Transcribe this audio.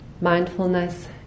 mindfulness